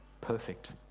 perfect